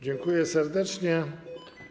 Dziękuję serdecznie.